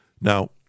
Now